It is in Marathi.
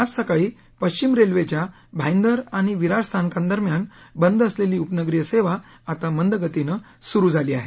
आज सकाळी पश्चिम रेल्वेच्या भाईदर आणि विरार स्थानकांदरम्यान बंद असलेली उपनगरीय सेवा आता मंदगतीनं सुरु झाली आहे